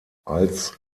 als